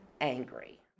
angry